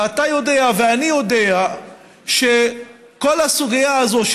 ואתה יודע ואני יודע שכל הסוגיה הזאת,